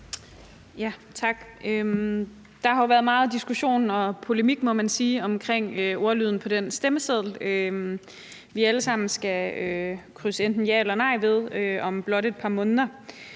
Tak. Der har jo været meget diskussion og polemik i forbindelse med ordlyden på den stemmeseddel, vi alle sammen skal krydse enten ja eller nej ved om blot et par måneder.